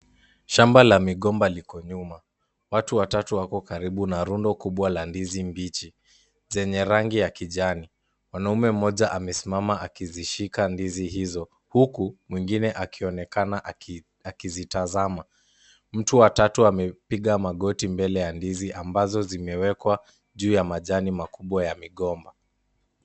Shamba la migomba liko nyuma. Watu watatu wako karibu na rundo kubwa la ndizi mbichi, zenye rangi ya kijani. Mwanaume mmoja amesimama akizishika ndizi hizo huku mwingine akionekana akizitazama. Mtu wa tatu amepiga magoti mbele ya ndizi, ambazo zimewekwa juu ya majani makubwa ya migomba.